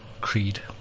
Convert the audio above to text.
creed